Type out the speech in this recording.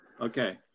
Okay